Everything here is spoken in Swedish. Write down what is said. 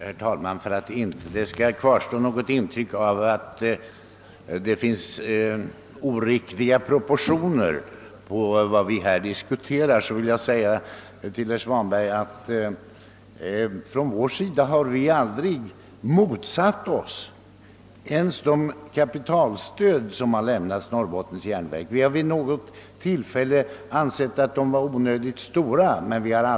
Herr talman! För att det inte skall kvarstå något intryck av mindre lyckliga nyanseringar i de frågor vi nu diskuterar vill jag säga till herr Svanberg att vi från vår sida just av sociala skäl aldrig har motsatt oss kapitalstöd som har lämnats till Norrbottens järnverk AB även om vi vid något tillfälle har ansett att de varit onödigt stora.